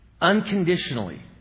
unconditionally